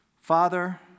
Father